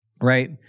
Right